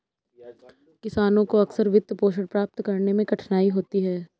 किसानों को अक्सर वित्तपोषण प्राप्त करने में कठिनाई होती है